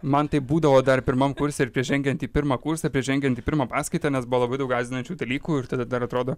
man taip būdavo dar pirmam kurse ir prieš žengiant į pirmą kursą prieš žengiant pirmą paskaitą nes buvo labai daug gąsdinančių dalykų ir tada dar atrodo